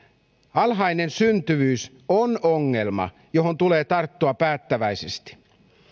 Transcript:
alhainen syntyvyys on ongelma johon tulee tarttua päättäväisesti